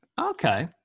Okay